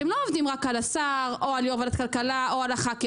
אתם לא עובדים רק על השר או על יו"ר ועדת הכלכלה או על הח"כים,